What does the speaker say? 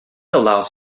allows